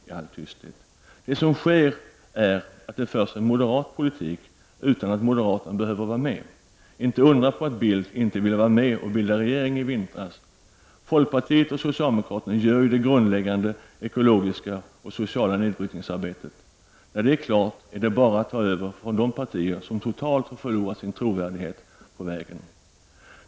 Vad som sker är att det förs moderat politik utan att moderaterna behöver vara med. Det är inte att undra på att Bildt inte ville vara med och bilda regering i vintras — folkpartiet och socialdemokraterna står ju för det grundläggande ekologiska och sociala nedbrytningsarbetet. När detta är klart är det bara att ta över efter de partier som totalt har förlorat sin trovärdighet på vägen.